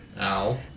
Ow